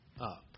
up